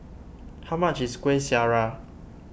how much is Kueh Syara